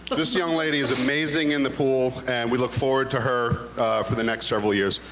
but this young lady is amazing in the pool and we look forward to her for the next several years.